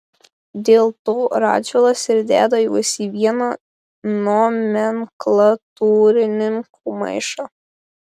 dėl to radžvilas ir deda juos į vieną nomenklatūrininkų maišą